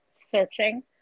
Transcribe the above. searching